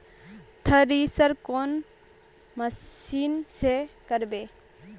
Thresher कौन machine से करबे?